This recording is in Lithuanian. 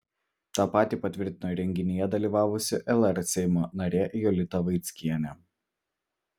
tą patį patvirtino ir renginyje dalyvavusi lr seimo narė jolita vaickienė